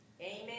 Amen